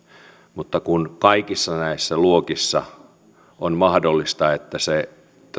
mutta kun kaikissa näissä luokissa on mahdollista että se